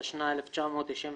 התשנ"ה-1995,